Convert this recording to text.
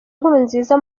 nkurunziza